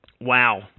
Wow